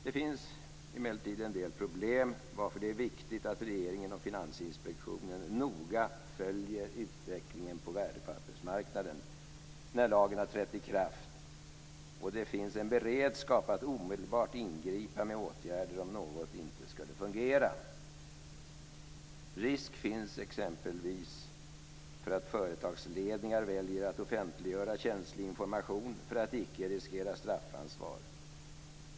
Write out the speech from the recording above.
Det finns emellertid en del problem, varför det är viktigt att regeringen och Finansinspektionen noga följer utvecklingen på värdepappersmarknaden när lagen har trätt i kraft. Det finns en beredskap att omedelbart ingripa med åtgärder om något inte skulle fungera. Risk finns exempelvis för att företagsledningar väljer att offentliggöra känslig information för att icke riskera straffansvar.